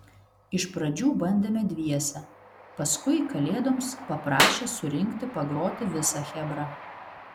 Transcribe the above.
iš pradžių bandėme dviese paskui kalėdoms paprašė surinkti pagroti visą chebrą